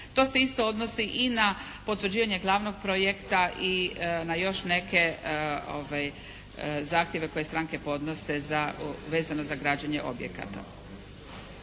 To se isto odnosi i na potvrđivanje glavnog projekta i na još neke zahtjeve koje stranke podnose za, vezano za zahtjeve objekata.